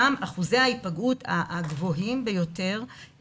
שם אחוזי ההיפגעות הגבוהים ביותר,